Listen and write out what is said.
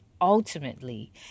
ultimately